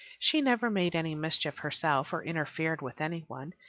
she never made any mischief herself or interfered with any one.